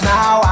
Now